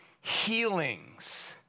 healings